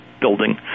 building